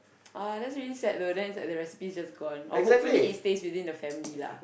oh that's really sad though then its like the recipes just gone or hopefully it stays within the family lah